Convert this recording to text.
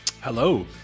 hello